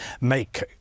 make